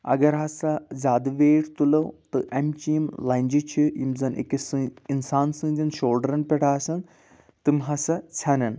اگر ہَسا زیادٕ ویٹ تُلَو تہٕ اَمچہِ یِم لَنجہِ چھِ یِم زَن أکِس سٕنٛد اِنسان سٕنٛدٮ۪ن شولڈرَن پٮ۪ٹھ آسان تِم ہَسا ژھٮ۪نَن